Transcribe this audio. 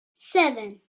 seven